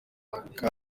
aka